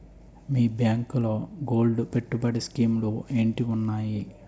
మీ బ్యాంకులో గోల్డ్ పెట్టుబడి స్కీం లు ఏంటి వున్నాయి?